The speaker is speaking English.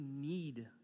need